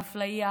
באפליה,